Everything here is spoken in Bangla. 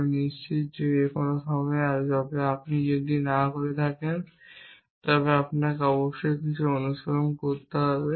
আমি নিশ্চিত যে কোনও সময়ে তবে আপনি যদি না করেন তবে আপনাকে অবশ্যই কিছুটা অনুশীলন করতে হবে